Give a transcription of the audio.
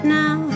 now